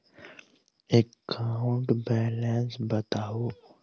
account balance बताउ